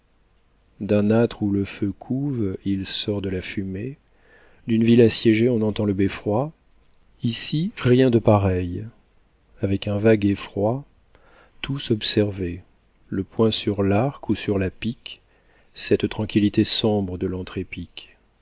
d'un âtre où le feu couve il sort de la fumée d'une ville assiégée on entend le beffroi ici rien de pareil avec un vague effroi tous observaient le poing sur l'arc ou sur la pique cette tranquillité sombre de l'antre